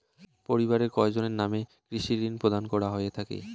পরিবারের কয়জনের নামে কৃষি ঋণ প্রদান করা হয়ে থাকে?